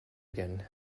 again